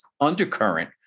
undercurrent